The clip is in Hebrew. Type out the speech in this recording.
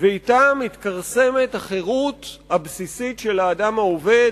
ואתה מתכרסמות החירות הבסיסית של האדם העובד